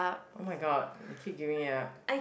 oh-my-god you keep giving up